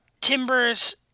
Timbers